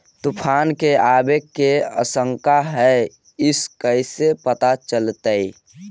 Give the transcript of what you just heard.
तुफान के आबे के आशंका है इस कैसे पता चलतै?